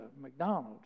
McDonald's